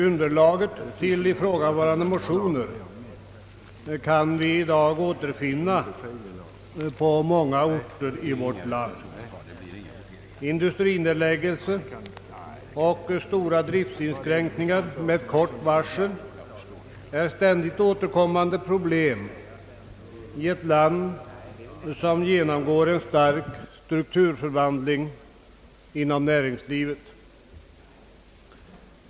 Underlag till ifrågavarande motioner kan vi i dag finna på många orter i vårt land. Industrinedläggelser och stora driftsinskränkningar med kort varsel är ständigt återkommande problem i ett land, vars näringsliv genomgår en stark strukturomvandling.